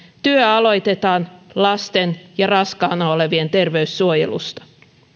työ aloitetaan lasten ja raskaana olevien terveyssuojelusta